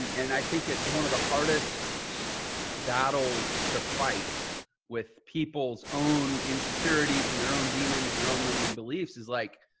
and i think it's one of the hardest battles to fight with people's own insecurities and their own demons and their own limiting beliefs is like